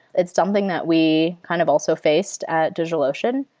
it's something that we kind of also faced at digitalocean.